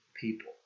people